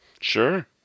Sure